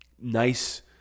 nice